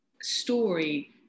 story